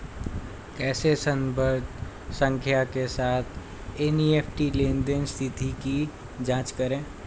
कैसे संदर्भ संख्या के साथ एन.ई.एफ.टी लेनदेन स्थिति की जांच करें?